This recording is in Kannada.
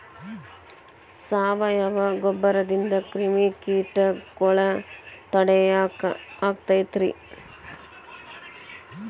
ಸಾವಯವ ಗೊಬ್ಬರದಿಂದ ಕ್ರಿಮಿಕೇಟಗೊಳ್ನ ತಡಿಯಾಕ ಆಕ್ಕೆತಿ ರೇ?